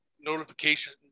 notification